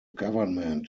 government